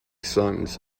sons